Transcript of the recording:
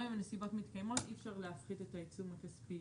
גם אם הנסיבות מתקיימות אי אפשר להפחית את העיצום הכספי.